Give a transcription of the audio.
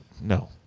No